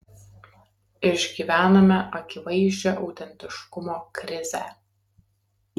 išgyvename akivaizdžią autentiškumo krizę